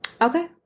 Okay